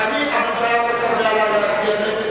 אני אצביע נגד,